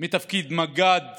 מתפקיד מג"ד